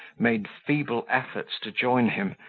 made feeble efforts to join him,